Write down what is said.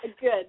Good